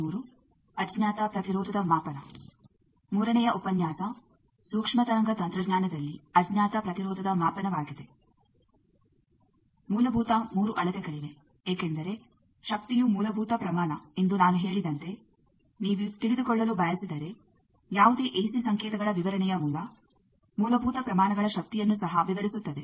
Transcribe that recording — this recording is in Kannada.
ಮೂಲಭೂತ 3 ಅಳತೆಗಳಿವೆ ಏಕೆಂದರೆ ಶಕ್ತಿಯು ಮೂಲಭೂತ ಪ್ರಮಾಣ ಎಂದು ನಾನು ಹೇಳಿದಂತೆ ನೀವು ತಿಳಿದುಕೊಳ್ಳಲು ಬಯಸಿದರೆ ಯಾವುದೇ ಎಸಿ ಸಂಕೇತಗಳ ವಿವರಣೆಯು ಮೂಲ ಮೂಲಭೂತ ಪ್ರಮಾಣಗಳ ಶಕ್ತಿಯನ್ನು ಸಹ ವಿವರಿಸುತ್ತದೆ